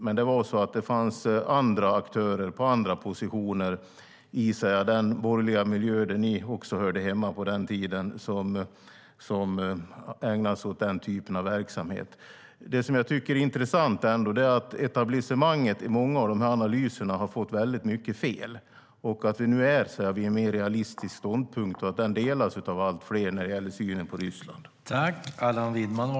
Men det fanns aktörer på andra positioner i den borgerliga miljö där ni också hörde hemma på den tiden som ägnade sig åt sådan verksamhet.